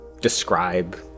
describe